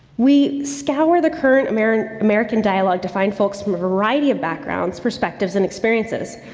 we scour the current american american dialogue to find folks from a variety of backgrounds, perspectives and experiences,